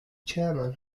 chairman